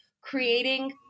creating